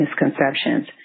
misconceptions